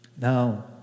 Now